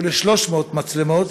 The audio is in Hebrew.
הוא ל-300 מצלמות,